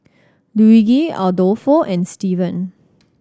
Luigi Adolfo and Steven